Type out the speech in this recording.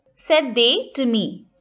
said they to me.